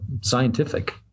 scientific